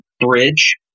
bridge